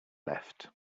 left